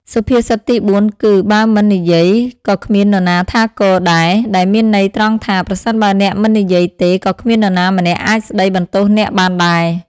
សុភាសិតទីបួនគឺ បើមិននិយាយ ក៏គ្មាននរណាថាគដែរ ដែលមានន័យត្រង់ថា ប្រសិនបើអ្នកមិននិយាយទេ ក៏គ្មាននរណាម្នាក់អាចស្តីបន្ទោសអ្នកបានដែរ។